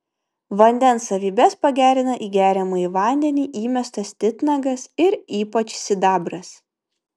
vandens savybes pagerina į geriamąjį vandenį įmestas titnagas ir ypač sidabras